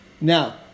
Now